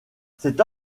cette